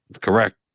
correct